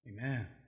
Amen